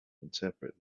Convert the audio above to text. interpret